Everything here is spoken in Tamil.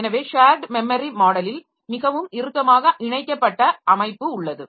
எனவேஷேர்ட் மெமரி மாடலில் மிகவும் இறுக்கமாக இணைக்கப்பட்ட அமைப்பு உள்ளது